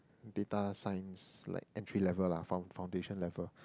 data science like entry level lah found~ foundation level